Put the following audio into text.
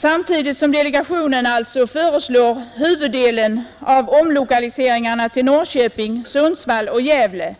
Samtidigt som alltså delegationen å ena sidan föreslår huvuddelen av omlokaliseringarna till Norrköping, Sundsvall och Gävle